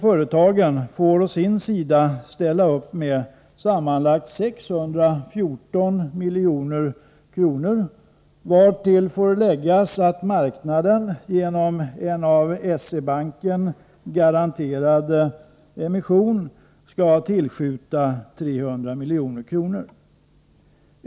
Företagen å sin sida skall ställa upp med sammanlagt 614 milj.kr., vartill får läggas att marknaden genom en av SE-banken garanterad emission skall tillskjuta 300 milj.kr.